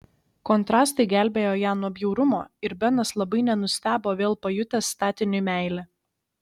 kontrastai gelbėjo ją nuo bjaurumo ir benas labai nenustebo vėl pajutęs statiniui meilę